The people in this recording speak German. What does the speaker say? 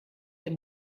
dem